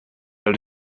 els